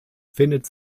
findet